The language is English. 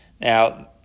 Now